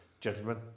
Gentlemen